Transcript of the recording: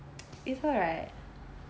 it's alright